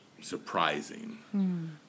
surprising